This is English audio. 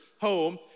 home